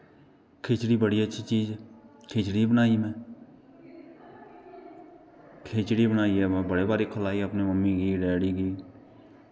खिचड़ी बड़ी अच्छी चीज़ खाचड़ी बी बनाई में खिचड़ी बनाइयै में बड़ी बारी खलाई अपनी मम्मी गी डैड़ी गी